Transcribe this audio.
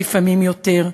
ולפעמים יותר,